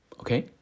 okay